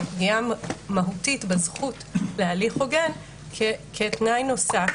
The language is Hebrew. פגיעה מהותית בזכות להליך הוגן כתנאי נוסף.